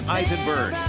Eisenberg